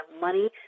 money